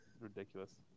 ridiculous